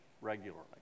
regularly